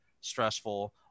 stressful